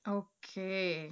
okay